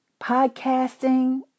podcasting